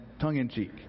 tongue-in-cheek